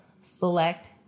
select